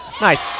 Nice